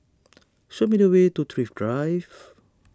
show me the way to Thrift Drive